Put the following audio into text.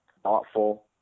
thoughtful